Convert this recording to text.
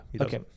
Okay